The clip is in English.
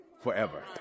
forever